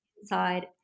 inside